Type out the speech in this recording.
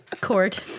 court